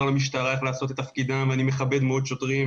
למשטרה איך לעשות את תפקידה ואני מכבד מאוד שוטרים,